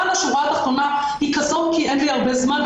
אבל השורה התחתונה היא כזו כי אין לי הרבה זמן.